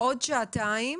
עוד שעתיים.